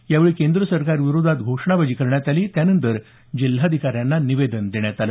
यावेळी केंद्र सरकारविरोधात घोषणाबाजी करण्यात आली त्यानंतर जिल्हाधिकाऱ्यांना निवेदन देण्यात आल